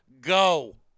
Go